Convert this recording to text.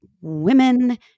women